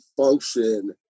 function